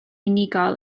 unigol